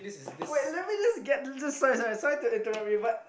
wait let me just get this sorry sorry sorry to interrupt you